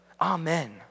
amen